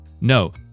No